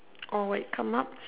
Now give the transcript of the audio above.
or when come up